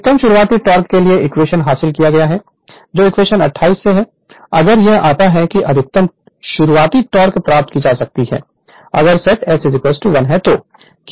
अधिकतम शुरुआती टोक़ के लिए इक्वेशन हासिल किया गया है जो इक्वेशन 28 से है अगर यह आता है कि अधिकतम शुरू टोक़ प्राप्त की जा सकती है अगर सेट S 1 है तो